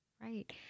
Right